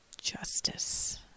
justice